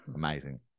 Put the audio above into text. Amazing